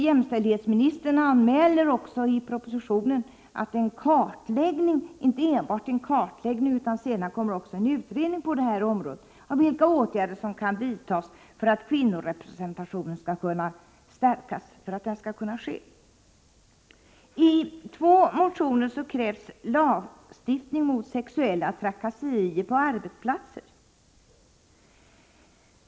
Jämställdhetsministern anmäler i propositionen att en kartläggning och så småningom en utredning av vilka åtgärder som kan vidtas för att kvinnorepresentationen skall kunna stärkas skall ske. I två motioner krävs lagstiftning mot sexuella trakasserier på arbetsplatser.